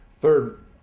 Third